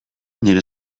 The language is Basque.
nire